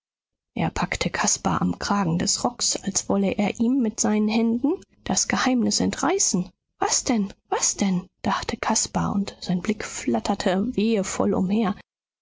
er packte caspar am kragen des rocks als wolle er ihm mit seinen händen das geheimnis entreißen was denn was denn dachte caspar und sein blick flatterte wehevoll umher